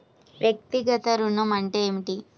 వ్యక్తిగత ఋణం అంటే ఏమిటి?